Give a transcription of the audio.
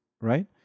right